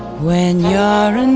when yeah